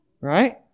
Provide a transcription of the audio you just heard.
Right